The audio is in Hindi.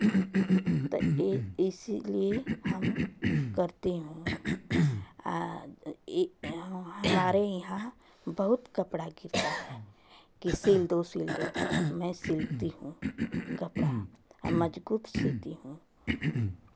तो इ इसीलिए हम करती हूँ आ ये हमारे यहाँ बहुत कपड़ा गिरता है की सिल दो सिल दो मैं सिलती हूँ कपड़ा आ मजबूत सिलती हूँ